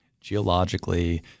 geologically